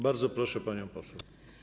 Bardzo proszę panią poseł.